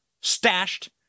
stashed